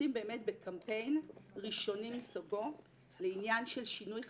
יוצאים באמת בקמפיין ראשוני מסוגו לעניין של שינוי חברתי.